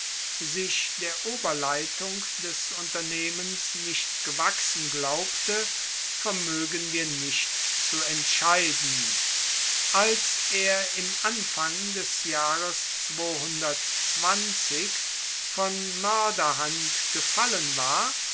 sich der oberleitung des unternehmens nicht gewachsen glaubte vermoegen wir nicht zu entscheiden als er im anfang des jahres von moerderhand gefallen war